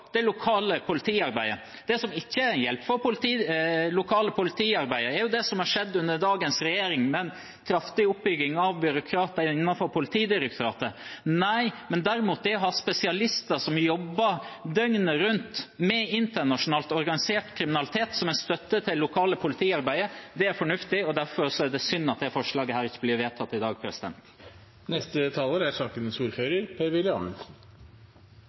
lokale politiarbeidet, er det som har skjedd under dagens regjering, med en kraftig oppbygging av byråkrater innenfor Politidirektoratet. Nei, derimot er det å ha spesialister som jobber døgnet rundt med internasjonalt organisert kriminalitet som en støtte til det lokale politiarbeidet, fornuftig. Derfor er det synd at dette forslaget ikke blir vedtatt i dag. Det har vært interessant å lytte til denne debatten, for jeg opplever at man diskuterer alt annet enn det som er sakens